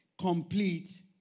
complete